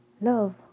love